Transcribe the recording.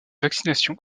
vaccination